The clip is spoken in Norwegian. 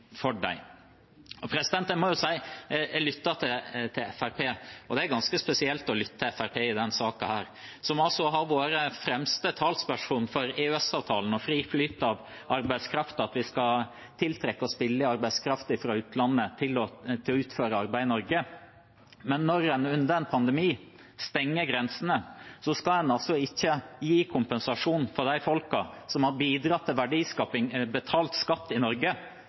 dem. Jeg må jo si at det er ganske spesielt å lytte til Fremskrittspartiet i denne saken. De har altså vært de fremste talspersoner for EØS-avtalen og fri flyt av arbeidskraft – at vi skal tiltrekke oss billig arbeidskraft fra utlandet til å utføre arbeid i Norge – men når en stenger grensene under en pandemi, skal en altså ikke gi kompensasjon til de folkene som har bidratt til verdiskaping og betalt skatt i Norge.